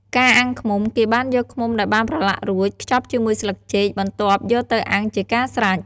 ការអាំងឃ្មុំ គេបានយកឃ្មុំដែលបានប្រឡាក់រួច ខ្ជប់ជាមួយស្លឹកចេក បន្ទាប់យកទៅអាំងជាការស្រេច។